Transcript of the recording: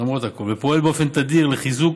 למרות הכול, ופועל באופן תדיר לחיזוק